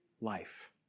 life